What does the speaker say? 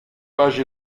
pages